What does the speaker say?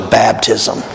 baptism